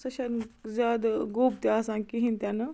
سۄ چھَنہٕ زیادٕ گوٚب تہِ آسان کِہیٖنۍ تہِ نہٕ